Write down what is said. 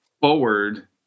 forward